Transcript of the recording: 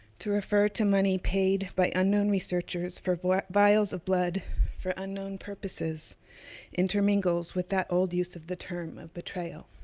to refer to money paid by unknown researchers for vials of blood for unknown purposes intermingles with that old use of the term of betrayal.